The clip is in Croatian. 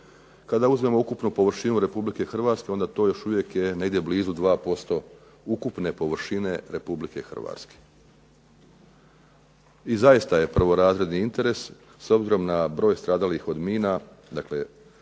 Kada uzmemo ukupno površinu Republike Hrvatske onda je to još uvije blizu 2% ukupne površine Republike Hrvatske. I zaista je prvorazredni interes s obzirom na broj stradalih od mina, ove